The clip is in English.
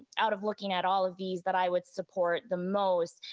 out of looking at all of these that i would support the most,